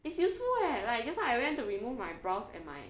it's useful eh like just now I went to remove my eyebrows and my